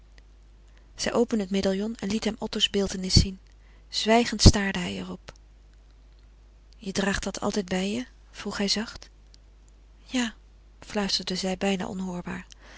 zij opende het medaillon en liet hem otto's beeltenis zien zwijgend staarde hij er op je draagt dat altijd bij je vroeg hij zacht ja fluisterde zij bijna onhoorbaar